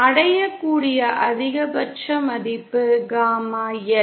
அடையக்கூடிய அதிகபட்ச மதிப்பு காமா L